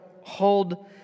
hold